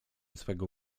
swego